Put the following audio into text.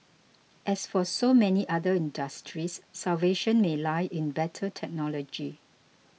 as for so many other industries salvation may lie in better technology